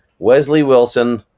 wesley wilson,